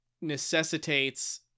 necessitates